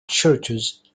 churches